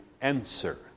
answer